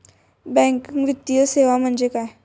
Banking वित्तीय सेवा म्हणजे काय?